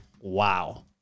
wow